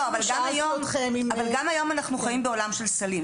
גם היום אנחנו חיים בעולם של סלים,